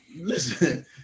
listen